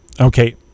okay